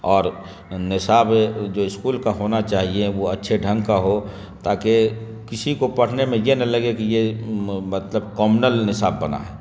اور نصاب جو اسکول کا ہونا چاہیے وہ اچھے ڈھنگ کا ہو تاکہ کسی کو پڑھنے میں یہ نہ لگے کہ یہ مطلب کامنل نصاب بنا ہے